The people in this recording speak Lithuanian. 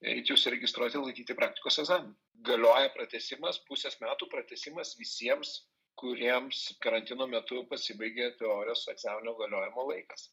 eiti užsiregistruoti laikyti praktikos egzaminą galioja pratęsimas pusės metų pratęsimas visiems kuriems karantino metu pasibaigė teorijos socialinio galiojimo laikas